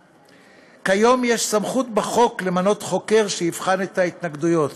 כיום יש סמכות בחוק למנות חוקר שייבחן את ההתנגדויות,